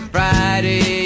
Friday